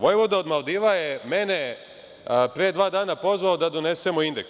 Vojvoda od Maldiva je mene, pre dva dana pozvao da donesemo indeks.